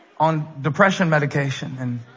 on depression medication and